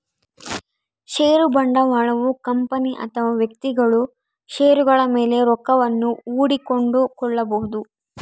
ಷೇರು ಬಂಡವಾಳಯು ಕಂಪನಿ ಅಥವಾ ವ್ಯಕ್ತಿಗಳು ಷೇರುಗಳ ಮೇಲೆ ರೊಕ್ಕವನ್ನು ಹೂಡಿ ಕೊಂಡುಕೊಳ್ಳಬೊದು